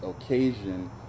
occasion